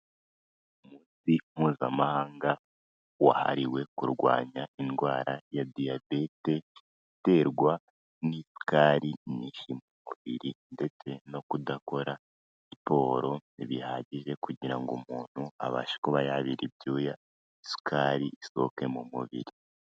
Umunsi mpuzamahanga wahariwe kurwanya indwara ya diyabete iterwa n'isukari nyinshi mu mubiri ndetse no kudakora siporo, ntibihagije kugira ngo umuntu abashe kuba yabira ibyuya isukari isohoke mu mubiri.